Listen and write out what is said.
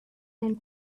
and